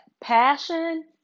passion